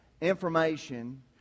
information